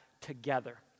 together